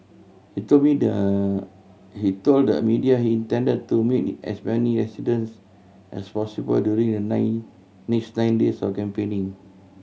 he told media he told the media he intend to meet as many residents as possible during the nine next nine days of campaigning